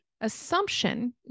assumption